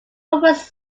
was